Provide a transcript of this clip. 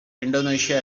indonesia